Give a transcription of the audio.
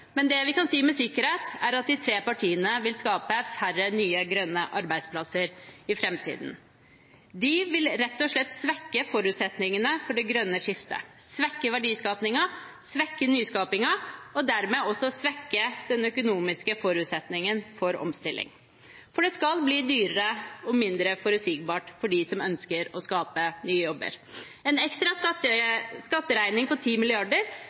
Men det vi kan si med sikkerhet, er at de tre partiene vil skape færre nye grønne arbeidsplasser i framtiden. De vil rett og slett svekke forutsetningene for det grønne skiftet, svekke verdiskapingen, svekke nyskapingen og dermed også svekke den økonomiske forutsetningen for omstilling, for det skal bli dyrere og mindre forutsigbart for dem som ønsker å skape nye jobber. En ekstra skatteregning på